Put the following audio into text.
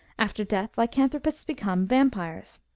after death lycanthropists become vampires.